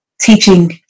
teaching